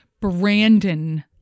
Brandon